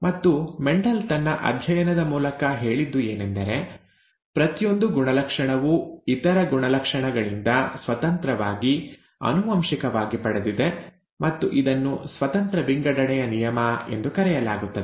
ಮತ್ತು ಮೆಂಡೆಲ್ ತನ್ನ ಅಧ್ಯಯನದ ಮೂಲಕ ಹೇಳಿದ್ದು ಏನೆಂದರೆ ಪ್ರತಿಯೊಂದು ಗುಣಲಕ್ಷಣವೂ ಇತರ ಗುಣಲಕ್ಷಣಗಳಿಂದ ಸ್ವತಂತ್ರವಾಗಿ ಆನುವಂಶಿಕವಾಗಿ ಪಡೆದಿದೆ ಮತ್ತು ಇದನ್ನು ಸ್ವತಂತ್ರ ವಿಂಗಡಣೆಯ ನಿಯಮ ಎಂದು ಕರೆಯಲಾಗುತ್ತದೆ